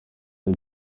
the